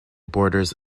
borders